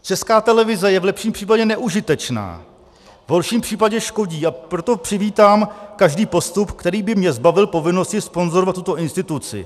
Česká televize je v lepším případě neužitečná, v horším případě škodí, a proto přivítám každý postup, který by mě zbavil povinnosti sponzorovat tuto instituci.